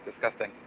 disgusting